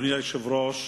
אדוני היושב-ראש,